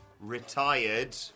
retired